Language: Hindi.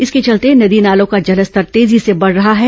इसके चलते नदी नालों का जलस्तर तेजी से बढ़ रहा है